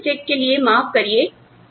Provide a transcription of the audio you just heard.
spelling mistake के लिए माफ करिए